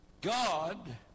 God